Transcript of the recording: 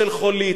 של חולית,